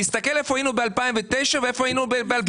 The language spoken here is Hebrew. תסתכל איפה היינו ב-2009 ואיפה היינו ב-2021.